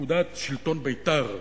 לפקודת שלטון בית"ר,